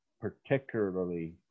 Particularly